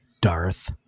Darth